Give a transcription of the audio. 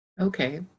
Okay